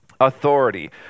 Authority